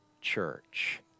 Church